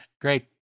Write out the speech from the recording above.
great